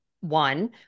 one